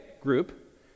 group